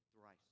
thrice